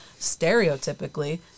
stereotypically